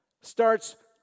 starts